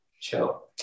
chill